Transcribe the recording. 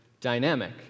dynamic